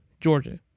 Georgia